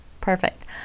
Perfect